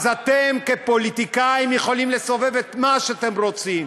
אז אתם כפוליטיקאים יכולים לסובב את מה שאתם רוצים.